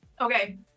Okay